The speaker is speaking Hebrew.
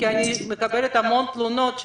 אני מקבלת המון תלונות,